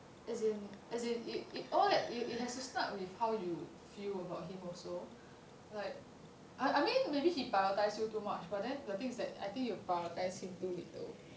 as in as in it it all it has to start with how you feel about him also like I I mean maybe he prioritise you too much but then the thing is that I think you prioritise him too little